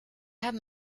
haben